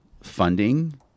funding